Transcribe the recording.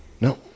No